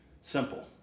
simple